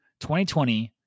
2020